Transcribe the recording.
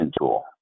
tool